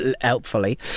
helpfully